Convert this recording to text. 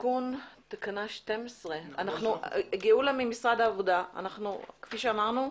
תיקון תקנה 12. גאולה ממשרד העבודה, כפי שאמרנו,